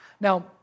Now